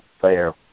fair